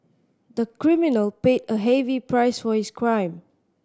the criminal paid a heavy price for his crime